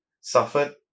suffered